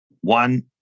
one